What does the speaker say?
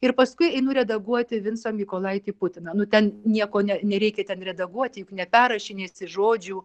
ir paskui einu redaguoti vincą mykolaitį putiną nu ten nieko ne nereikia ten redaguoti juk neperrašinėsi žodžių